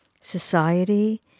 society